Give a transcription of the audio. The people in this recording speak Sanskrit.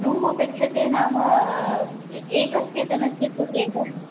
रूम् अपेक्ष्यते नाम एकस्य जनस्य कृते एव